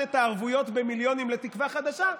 את הערבויות במיליונים לתקווה חדשה,